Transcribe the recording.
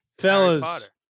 fellas